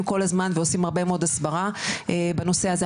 כל הזמן ועושים הרבה מאוד הסברה בנושא הזה.